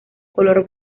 color